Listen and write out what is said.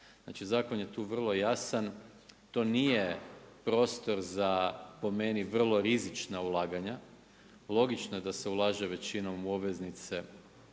znači zakon je tu vrlo jasan, to nije prostor za po meni, vrlo rizična ulaganja, logično je da se ulaže većinom u obveznice